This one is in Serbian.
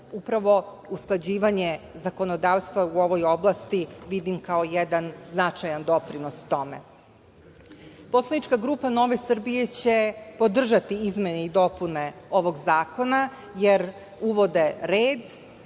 Upravo usklađivanje zakonodavstva u ovoj oblasti vidim kao jedan značajan doprinos tome. Poslanička Nove Srbije će podržati izmene i dopune ovog zakona, jer uvode red,